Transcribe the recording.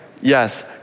yes